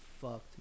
fucked